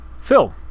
Phil